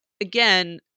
again